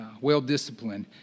well-disciplined